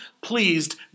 pleased